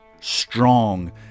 strong